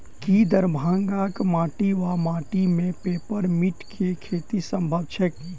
की दरभंगाक माटि वा माटि मे पेपर मिंट केँ खेती सम्भव छैक?